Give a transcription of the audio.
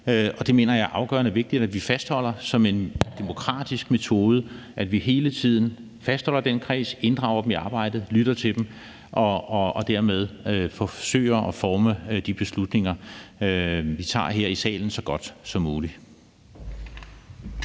jeg mener, at det er afgørende vigtigt, at vi fastholder det som en demokratisk metode, altså at vi hele tiden fastholder den kreds, inddrager dem i arbejdet, lytter til dem og dermed forsøger at forme de beslutninger, vi tager her i salen, så godt som muligt.